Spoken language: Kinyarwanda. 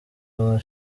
rwa